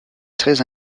très